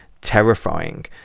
terrifying